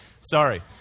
Sorry